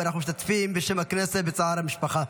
ובשם הכנסת אנחנו משתתפים בצער המשפחה.